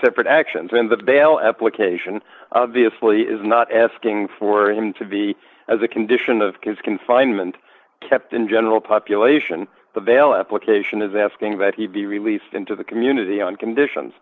separate actions in the bail application obviously is not asking for him to be as a condition of his confinement kept in general population the bail application is asking that he be released into the community on conditions